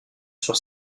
sur